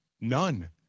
None